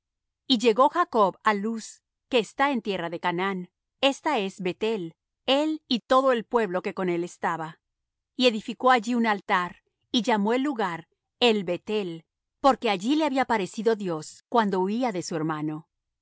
y llegó jacob á luz que está en tierra de canaán esta es beth-el él y todo el pueblo que con él estaba y edificó allí un altar y llamó el lugar el beth el porque allí le había aparecido dios cuando huía de su hermano